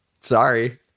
sorry